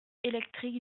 électrique